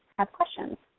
ask questions.